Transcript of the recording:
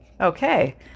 Okay